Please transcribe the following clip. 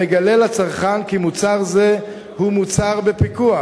המגלה לצרכן כי מוצר זה הוא מוצר בפיקוח.